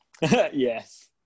Yes